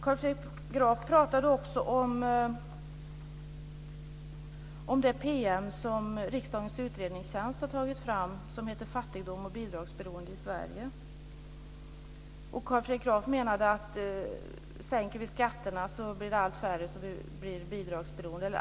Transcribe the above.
Carl Fredrik Graf pratade också om det PM som riksdagens utredningstjänst har tagit fram och som har rubriken Fattigdom och bidragsberoende i Sverige. Carl Fredrik Graf menade att om vi sänker skatterna blir allt färre fattiga och bidragsberoende.